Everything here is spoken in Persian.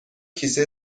کیسه